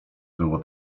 było